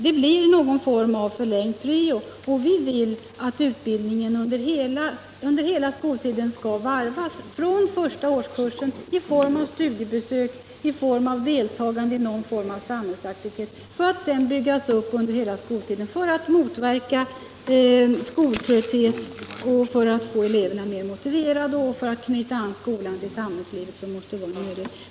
Det blir då en form av förlängd pryoverksamhet, och vi vill att utbildningen under hela skoltiden skall varvas med studiebesök och deltagande i någon form av samhällsaktivitet och att detta byggs ut under hela skoltiden för att motverka skoltrötthet, få eleverna mera motiverade och knyta an skolan till samhällslivet.